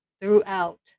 throughout